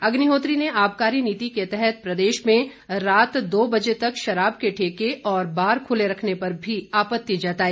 अग्निहोत्री ने आबकारी नीति के तहत प्रदेश में रात दो बजे तक शराब के ठेके और बार खुले रखने पर भी आपत्ति जताई